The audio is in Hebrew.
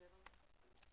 תודה.